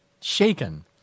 shaken